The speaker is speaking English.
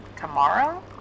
tomorrow